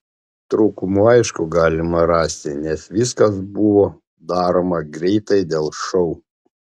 trūkumų aišku galima rasti nes viskas buvo daroma greitai dėl šou